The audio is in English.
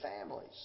families